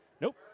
Nope